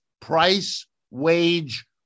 price-wage